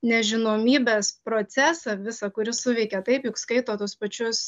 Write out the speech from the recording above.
nežinomybės procesą visą kuris suveikia taip juk skaito tuos pačius